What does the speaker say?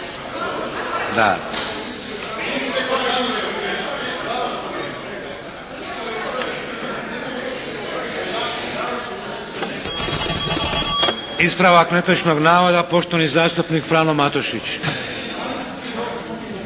Hvala. Ispravak netočnog navoda, poštovani zastupnik Dražen Bošnjaković.